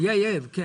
כן.